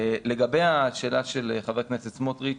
לגבי השאלה של חבר הכנסת סמוטריץ',